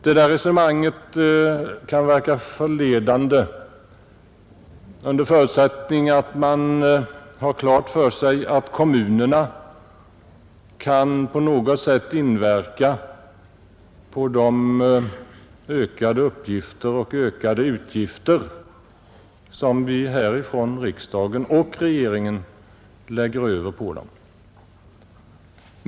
Det där resonemanget kan verka förledande under förutsättning att man föreställer sig att kommunerna på något sätt kan inverka på de ökade uppgifter och ökade utgifter som vi härifrån riksdagen och regeringen lägger över på dem.